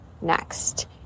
next